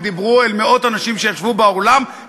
הם דיברו אל מאות האנשים שישבו באולם,